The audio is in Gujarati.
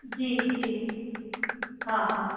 જી જી હા હા